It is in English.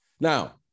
Now